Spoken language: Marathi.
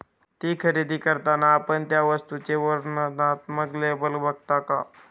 ती खरेदी करताना आपण त्या वस्तूचे वर्णनात्मक लेबल बघता का?